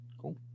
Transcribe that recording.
Cool